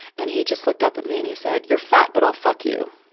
and he just looked up at me, and he said, you're fat, but i'll fuck you.